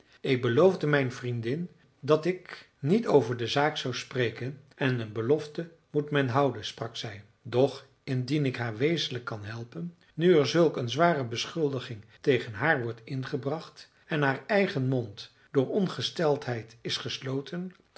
ik beloofde mijn vriendin dat ik niet over de zaak zou spreken en een belofte moet men houden sprak zij doch indien ik haar wezenlijk kan helpen nu er zulk een zware beschuldiging tegen haar wordt ingebracht en haar eigen mond door ongesteldheid is gesloten